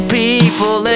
people